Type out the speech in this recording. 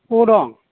बबाव दं